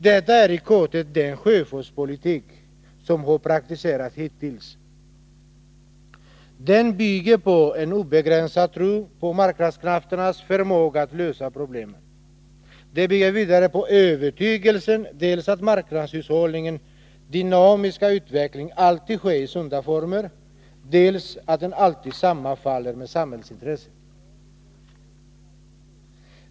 Detta är i korthet den sjöfartspolitik som har praktiserats hittills. Den bygger på en obegränsad tro på marknadskrafternas förmåga att lösa problemen. Den bygger vidare på övertygelsen dels att marknadshushållningens dynamiska utveckling alltid sker i ”sunda former” , dels att den alltid sammanfaller med samhällsintressena.